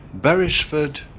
Beresford